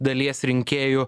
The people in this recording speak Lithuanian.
dalies rinkėjų